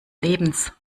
lebens